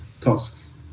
tasks